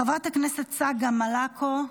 חברת הכנסת צגה מלקו,